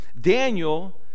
Daniel